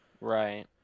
Right